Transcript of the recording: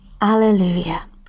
alleluia